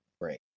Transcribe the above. Great